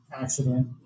accident